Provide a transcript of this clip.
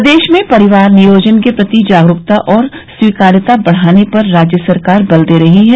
प्रदेश में परिवार नियोजन के प्रति जागरूकता और स्वीकार्यता बढ़ाने पर राज्य सरकार बल दे रही है